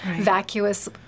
vacuous